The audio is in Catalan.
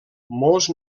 molts